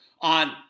on